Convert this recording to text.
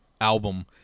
album